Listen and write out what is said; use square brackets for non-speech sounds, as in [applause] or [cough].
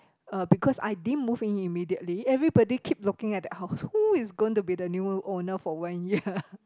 uh because I didn't move in immediately everybody keep looking at that house who is gonna to be the new owner for one year [laughs]